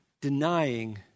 denying